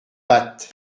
bapt